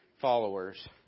followers